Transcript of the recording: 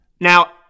Now